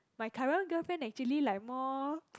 my current girlfriend actually like more